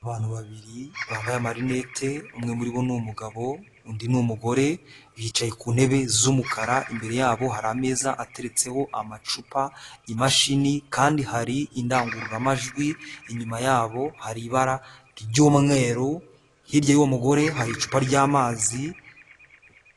Abantu babiri bambaye amarinete. Umwe muri bo ni umugabo undi ni umugore, bicaye ku ntebe z'umukara, imbere yabo hari ameza ateretseho amacupa, imashini kandi hari indangururamajwi, inyuma yabo hari ibara ry'umweru, hirya y'uwo mugore hari icupa ry'amazi.